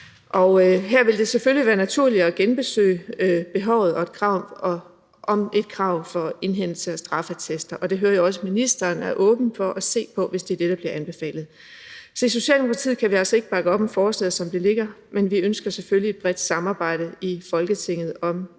Her vil det selvfølgelig være naturligt at genbesøge behovet for et krav om indhentelse af straffeattester, og det hører jeg også ministeren er åben over for at se på, hvis det er det, der bliver anbefalet. I Socialdemokratiet kan vi altså ikke bakke op om forslaget, som det ligger, men vi ønsker selvfølgelig et bredt samarbejde i Folketinget om